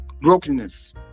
brokenness